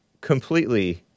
completely